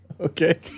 Okay